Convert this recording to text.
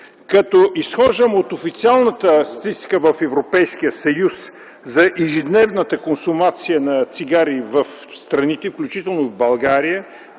Като изхождам от официалната статистика в Европейския съюз за ежедневната консумация на цигари, включително в България,